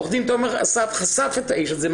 עורך דין תומר אסף חשף את האיש הזה,